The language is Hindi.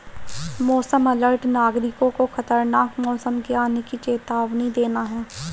मौसम अलर्ट नागरिकों को खतरनाक मौसम के आने की चेतावनी देना है